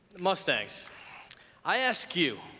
mustangs i aske you,